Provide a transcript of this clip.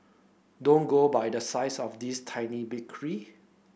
don't go by the size of this tiny bakery